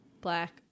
Black